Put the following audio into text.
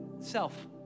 self